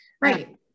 right